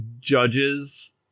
judges